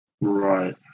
Right